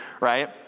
right